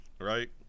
Right